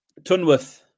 Tunworth